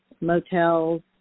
motels